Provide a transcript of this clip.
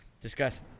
Discuss